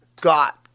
got